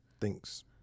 thinks